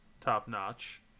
top-notch